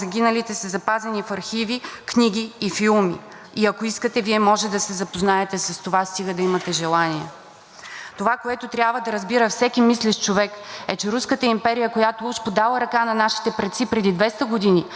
Това, което трябва да разбира всеки мислещ човек, е, че Руската империя, която уж подала ръка на нашите предци преди 200 години, за което трябвало да сме благодарни, е нещо много различно от последващия съветски режим на атеистична Русия,